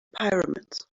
pyramids